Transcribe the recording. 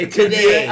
today